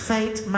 Fate